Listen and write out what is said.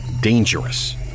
dangerous